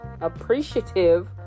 appreciative